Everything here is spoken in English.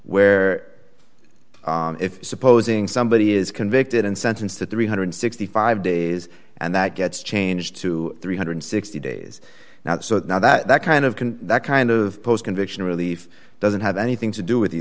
where if supposing somebody is convicted and sentenced to three hundred and sixty five days and that gets changed to three hundred and sixty days now so that kind of can that kind of post conviction relief doesn't have anything to do with the